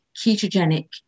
ketogenic